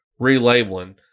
relabeling